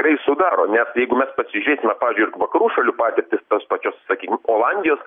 tikrai sudaro nes jeigu mes pasižiūrėsime pavyzdžiui vakarų šalių patirtis tas pačias sakykim olandijos